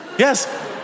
Yes